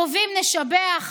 טובים נשבח,